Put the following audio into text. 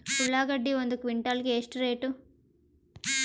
ಉಳ್ಳಾಗಡ್ಡಿ ಒಂದು ಕ್ವಿಂಟಾಲ್ ಗೆ ಎಷ್ಟು ರೇಟು?